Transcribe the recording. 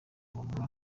bamuha